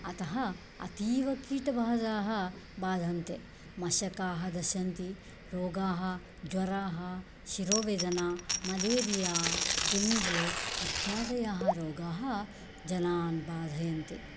अतः अतीवकीटबाधाः बाधन्ते मषकाः दशन्ति रोगाः ज्वराः शिरोवेदना मलेरिया डेङ्ग्यु इत्यादयाः रोगाः जनान् बाधयन्ति